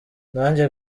nanjye